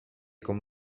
con